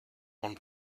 one